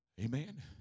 Amen